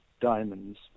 diamonds